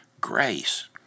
grace